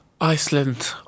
Iceland